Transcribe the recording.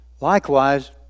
Likewise